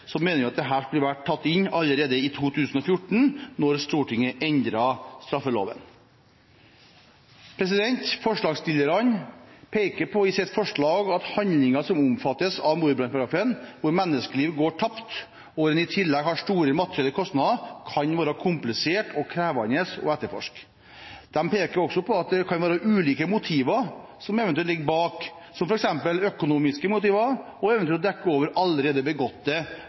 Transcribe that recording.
mener vi at dette skulle vært tatt inn allerede i 2014, da Stortinget endret straffeloven. Forslagsstillerne peker på i sitt forslag at handlinger som omfattes av mordbrannparagrafen, handlinger hvor menneskeliv går tapt, og hvor en i tillegg har store materielle kostnader, kan være kompliserte og krevende å etterforske. De peker også på at det kan være ulike motiver som eventuelt ligger bak, som f.eks. økonomiske motiver og eventuelt å dekke over allerede begåtte andre kriminelle handlinger, som drap. Det